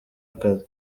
akazi